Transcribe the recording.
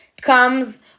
comes